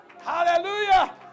Hallelujah